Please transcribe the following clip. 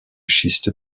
schiste